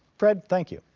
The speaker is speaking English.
fred, thank you.